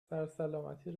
سرسلامتی